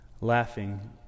laughing